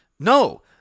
No